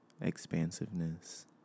expansiveness